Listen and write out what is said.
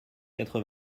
quatre